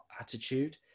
attitude